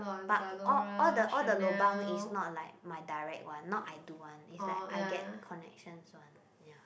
but all all the all the lobang is not like my direct one not I do one is like I get connections one